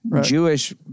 Jewish